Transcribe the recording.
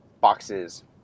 boxes